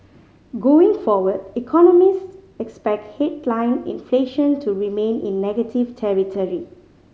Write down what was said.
going forward economists expect headline inflation to remain in negative territory